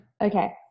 Okay